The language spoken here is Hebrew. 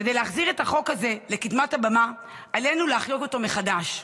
כדי להחזיר את החוק הזה לקדמת הבמה עלינו להחיות אותו מחדש.